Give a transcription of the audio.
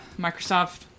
Microsoft